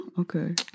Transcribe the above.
Okay